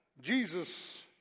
Jesus